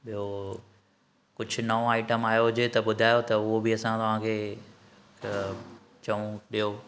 बि॒यो कुझु नओं आईटम आयो हुजे त ॿुधायो त उहो बि असां तव्हां खे चऊं ॾियो